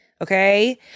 okay